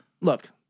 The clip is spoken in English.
Look